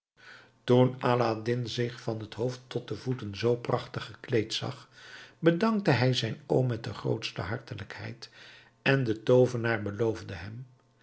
toen aladdin zich van het hoofd tot de voeten zoo prachtig gekleed zag bedankte hij zijn oom met de grootste hartelijkheid en de toovenaar beloofde hem